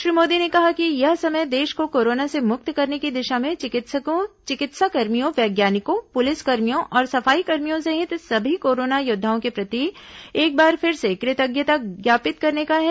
श्री मोदी ने कहा कि यह समय देश को कोरोना से मुक्त करने की दिशा में चिकित्सकों चिकित्साकर्मियों वैज्ञानिकों पुलिसकर्मियों और सफाई कर्मियों सहित सभी कोरोना योद्दाओं के प्रति एक बार फिर से कृतज्ञता ज्ञापित करने का है